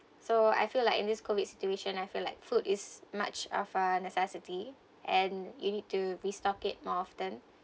so I feel like in this COVID situation I feel like food is much of a necessity and you need to restock it more often